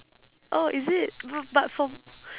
oh is it b~ but for